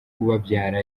ubabyara